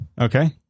okay